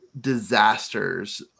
disasters